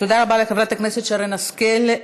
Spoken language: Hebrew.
תודה רבה לחברת הכנסת שרן השכל.